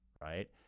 right